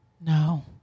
No